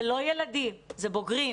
וזה לא ילדים אלא בוגרים.